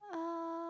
uh